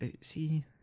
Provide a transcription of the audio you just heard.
see